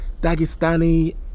Dagestani